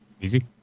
Easy